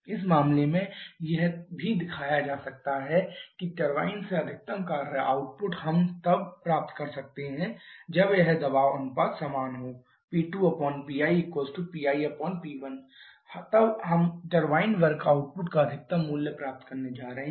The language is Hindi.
इस मामले में यह भी दिखाया जा सकता है कि टरबाइन से अधिकतम कार्य आउटपुट हम तब प्राप्त कर सकते हैं जब यह दबाव अनुपात समान हो P2PiPiP1 तब हम टरबाइन वर्क आउटपुट का अधिकतम मूल्य प्राप्त करने जा रहे हैं